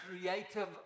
Creative